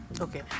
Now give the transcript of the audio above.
Okay